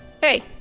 Hey